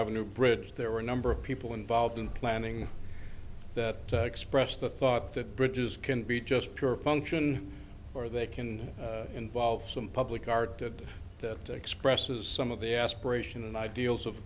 avenue bridge there were a number of people involved in planning that expressed the thought that bridges can be just pure function or they can involve some public art that expresses some of the aspiration and ideals of